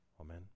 Amen